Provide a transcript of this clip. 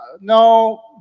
no